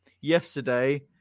Yesterday